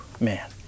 Man